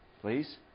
Please